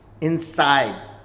inside